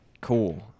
Cool